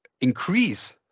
increase